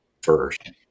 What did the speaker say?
first